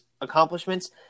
accomplishments